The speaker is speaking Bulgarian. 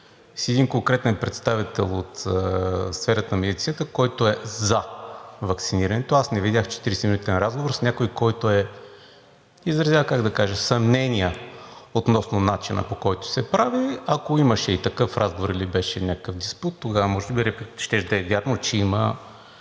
с един конкретен представител от сферата на медицината, който е за ваксинирането. Аз не видях 40-минутен разговор с някого, който изразява съмнение относно начина, по който се прави. Ако имаше и такъв разговор или беше някакъв диспут, тогава може би репликата щеше да е вярна, че има